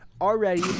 already